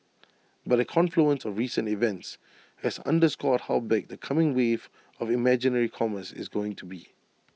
but A confluence of recent events has underscored how big the coming wave of imaginary commerce is going to be